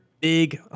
big